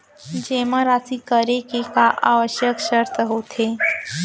जेमा राशि करे के का आवश्यक शर्त होथे?